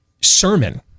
sermon